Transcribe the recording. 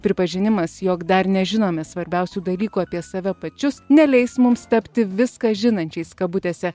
pripažinimas jog dar nežinome svarbiausių dalykų apie save pačius neleis mums tapti viską žinančiais kabutėse